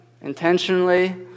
intentionally